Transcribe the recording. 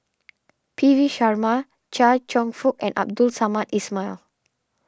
P V Sharma Chia Cheong Fook and Abdul Samad Ismail